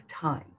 time